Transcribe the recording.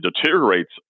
deteriorates